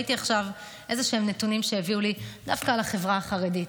שראיתי עכשיו איזשהם נתונים שהביאו לי דווקא על החברה החרדית,